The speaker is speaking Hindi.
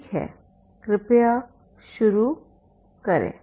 ठीक है कृपया शुरू करें